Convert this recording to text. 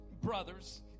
brothers